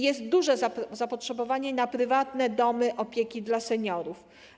Jest duże zapotrzebowanie na prywatne domy opieki dla seniorów.